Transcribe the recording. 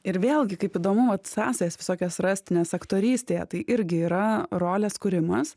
ir vėlgi kaip įdomu vat sąsajas visokias rasti nes aktorystėje tai irgi yra rolės kūrimas